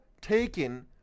taken